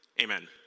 amen